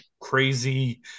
crazy